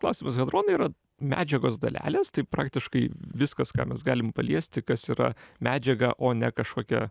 klausimas hadronai yra medžiagos dalelės tai praktiškai viskas ką mes galim paliesti kas yra medžiaga o ne kažkokia